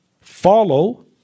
follow